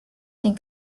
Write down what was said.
den